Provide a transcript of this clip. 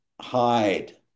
hide